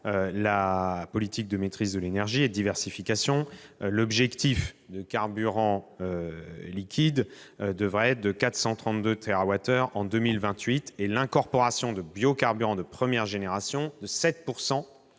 la politique de maîtrise de l'énergie et de diversification, l'objectif de carburants liquides devrait être de 432 térawatts-heure en 2028 et l'incorporation de biocarburants de première génération de 7